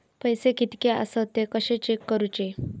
पैसे कीतके आसत ते कशे चेक करूचे?